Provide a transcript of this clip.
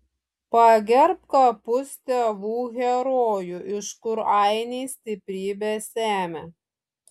pagerbk kapus tėvų herojų iš kur ainiai stiprybę semia